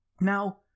Now